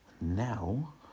now